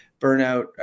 burnout